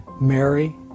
Mary